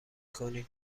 کنی